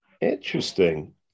Interesting